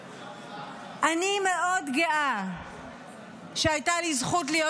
אני מאוד גאה שהייתה לי זכות להיות